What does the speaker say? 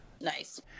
nice